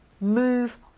move